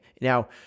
Now